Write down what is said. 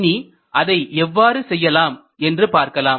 இனி அதை எவ்வாறு செய்யலாம் என்று பார்க்கலாம்